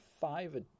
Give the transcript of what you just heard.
five